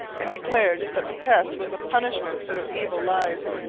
and declared that the pest was a punishment for their evil lives.